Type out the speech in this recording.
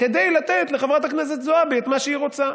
כדי לתת לחברת הכנסת זועבי את מה שהיא רוצה.